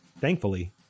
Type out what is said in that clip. Thankfully